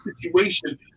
situation